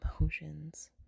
emotions